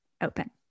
open